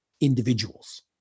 individuals